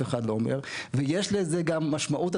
יש לזה משמעות,